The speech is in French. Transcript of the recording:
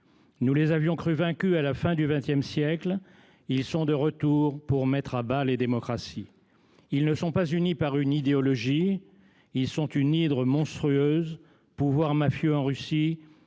Nous les avions crus vaincus à la fin du XX siècle. Ils sont de retour pour mettre à bas les démocraties. Ils ne sont pas unis par une idéologie. Ils sont une hydre monstrueuse – pouvoir mafieux en Russie,